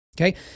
Okay